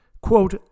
Quote